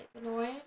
annoyed